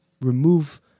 remove